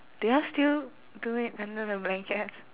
do you all still do it under the blankets